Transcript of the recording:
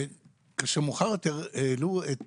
כשמאוחר יותר העלו את